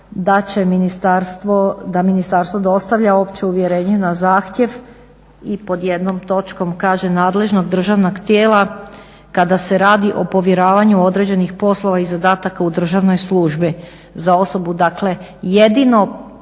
da ministarstvo dostavlja opće uvjerenje na zahtjev i pod jednom točkom kaže nadležnog državnog tijela kada se radi o povjeravanju određeni poslova i zadataka u državnoj služi, za osobu. Dakle jedini